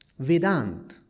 Vedant